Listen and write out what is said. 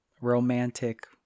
romantic